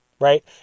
Right